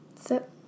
sit